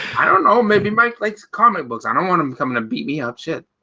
i don't know maybe mike likes comic books i don't want him coming to beat me up shit